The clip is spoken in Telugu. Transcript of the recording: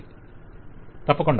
వెండర్ తప్పకుండా